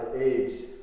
age